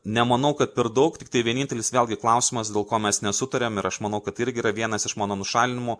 nemanau kad per daug tiktai vienintelis vėlgi klausimas dėl ko mes nesutarėm ir aš manau kad tai irgi yra vienas iš mano nušalinimo